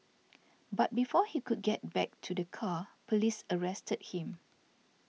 but before he could get back to the car police arrested him